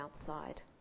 outside